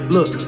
Look